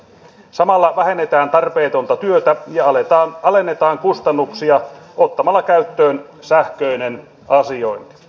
samalla vähennetään tarpeetonta työtä ja alennetaan kustannuksia ottamalla käyttöön sähköinen asiointi